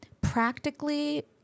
practically